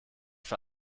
für